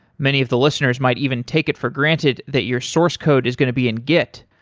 many of the listeners might even take it for granted that your source code is going to be in git,